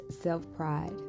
self-pride